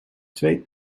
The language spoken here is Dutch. twee